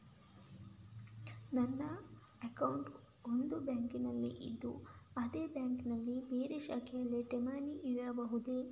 ನನ್ನ ಅಕೌಂಟ್ ಒಂದು ಬ್ಯಾಂಕಿನಲ್ಲಿ ಇದ್ದು ಅದೇ ಬ್ಯಾಂಕಿನ ಬೇರೆ ಶಾಖೆಗಳಲ್ಲಿ ಠೇವಣಿ ಇಡಬಹುದಾ?